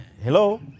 Hello